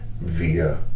via